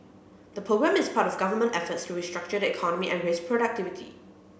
the programme is part of government efforts to restructure the economy and raise productivity